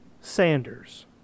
Sanders